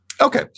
okay